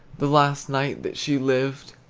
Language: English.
the last night that she lived,